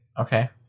Okay